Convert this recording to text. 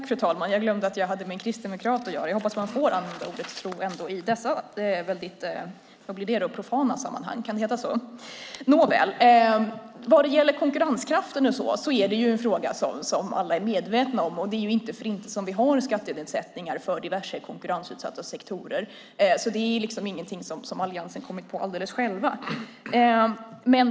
Fru talman! Jag glömde att jag hade med en kristdemokrat att göra. Jag hoppas att man får använda ordet tro även i dessa profana sammanhang, om man kan säga så. Konkurrenskraften är en fråga som alla är medvetna om. Det är inte för inte som vi har skattenedsättningar för diverse konkurrensutsatta sektorer. Det är ingenting som Alliansen har kommit på alldeles själva.